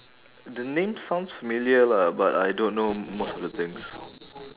the name sounds familiar lah but I don't know most of the things